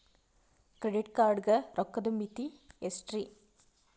Credit card ಗ ರೋಕ್ಕದ್ ಮಿತಿ ಎಷ್ಟ್ರಿ?